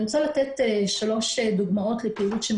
אני רוצה להדגיש שנושא הפשיעה הוא לא רק מקומי אלא אזורי.